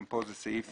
גם כאן זה סעיף